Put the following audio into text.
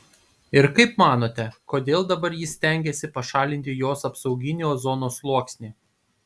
ir kaip manote kodėl dabar jis stengiasi pašalinti jos apsauginį ozono sluoksnį